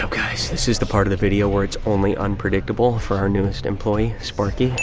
guys? this is the part of the video where it's only unpredictable for our newest employee, sparky.